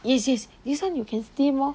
yes yes this one you can steam lor